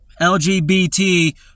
LGBT